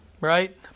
right